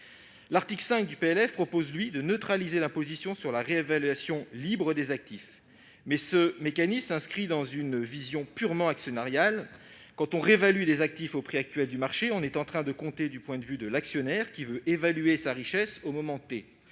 l'article 5 prévoit de neutraliser la position sur la réévaluation libre des actifs, mécanisme qui s'inscrit dans une vision purement actionnariale : quand on réévalue des actifs au prix du marché, on compte du point de vue de l'actionnaire qui veut évaluer sa richesse au moment ,